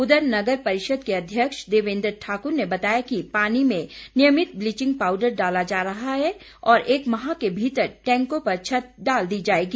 उधर नगर परिषद के अध्यक्ष देवेन्द्र ठाकुर ने बताया कि पानी में नियमित ब्लीचिंग पाउडर डाला जा रहा है और एक माह के भीतर टैंकों पर छत डाल दी जाएगी